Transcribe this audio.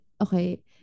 Okay